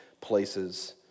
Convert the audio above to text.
places